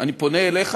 אני פונה אליך,